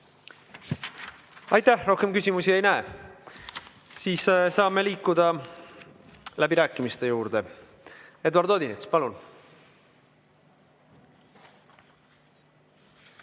anti. Rohkem küsimusi ei näe. Siis saame liikuda läbirääkimiste juurde. Eduard Odinets, palun!